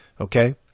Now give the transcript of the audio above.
Okay